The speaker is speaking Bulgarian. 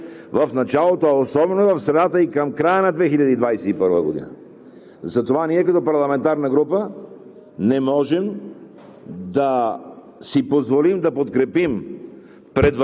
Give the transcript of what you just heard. че рязка промяна ще има в дейностите по отделните направления в началото, а особено в средата и към края на 2021 г. Затова ние като парламентарна група не можем